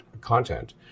content